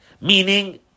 Meaning